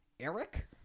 Eric